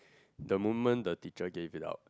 the moment the teacher give it out